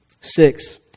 Six